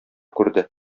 күрде